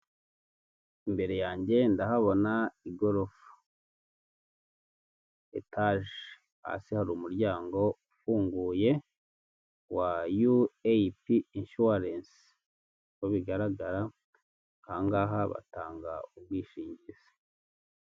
Imbere yanjye ndahabona igorofa etaje hasi hari umuryango ufunguye wa yu eyi pi inshuwarensi uko bigaragara aha ngaha batanga ubwishingizi.